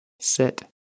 sit